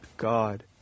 God